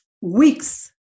weeks